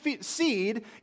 seed